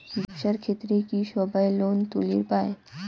ব্যবসার ক্ষেত্রে কি সবায় লোন তুলির পায়?